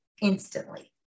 instantly